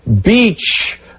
Beach